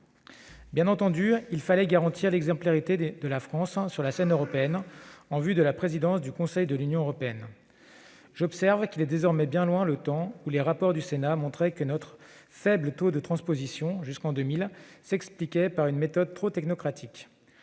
Bien entendu, il fallait garantir l'exemplarité de la France sur la scène européenne en vue de la présidence du Conseil de l'Union européenne. J'observe qu'il est désormais bien loin le temps où les rapports du Sénat montraient que notre faible taux de transposition, jusqu'en 2000, s'expliquait par une méthode trop technocratique.